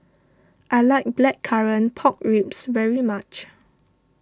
I like Blackcurrant Pork Ribs very much